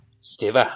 steve